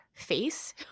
face